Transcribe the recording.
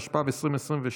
התשפ"ב 2022,